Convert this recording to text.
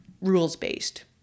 rules-based